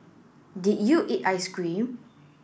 did you eat ice cream